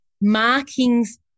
markings